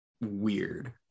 weird